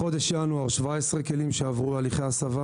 בחודש ינואר 17 כלים שעברו הליכי הסבה